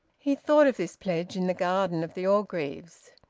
he thought of this pledge in the garden of the orgreaves.